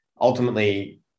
ultimately